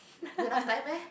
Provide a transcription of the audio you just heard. got enough time meh